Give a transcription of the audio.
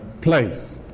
place